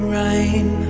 rain